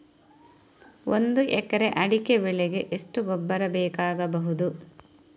ಒಂದು ಎಕರೆ ಅಡಿಕೆ ಬೆಳೆಗೆ ಎಷ್ಟು ಗೊಬ್ಬರ ಬೇಕಾಗಬಹುದು?